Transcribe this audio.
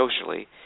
socially